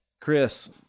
Chris